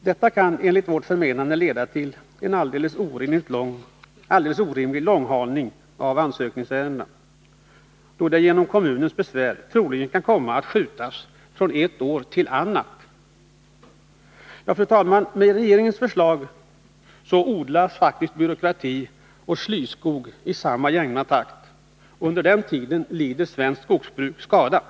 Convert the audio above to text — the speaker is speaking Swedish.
Detta kan, enligt vårt förmenande, leda till en alldeles orimlig långhalning av ansökningsärendena, då de genom kommunens besvär troligen kan komma att förskjutas från ett år till ett annat. Ja, fru talman, med regeringens förslag odlas faktiskt byråkrati och slyskog i samma jämna takt, och under tiden lider svenskt skogsbruk skada.